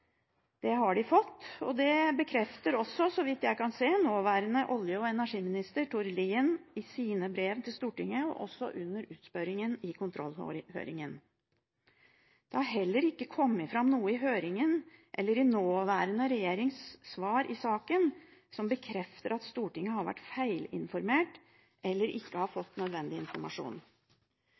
Det har de fått, og det bekrefter også – så vidt jeg kan se – nåværende olje- og energiminister, Tord Lien, i sine brev til Stortinget, også under utspørringen i kontrollhøringen. Det har heller ikke kommet fram noe i høringen, eller i nåværende regjerings svar i saken, som bekrefter at Stortinget har vært feilinformert eller ikke har fått nødvendig informasjon.